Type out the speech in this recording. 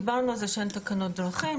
דיברנו על כך שאין תקנות דרכים,